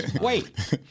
Wait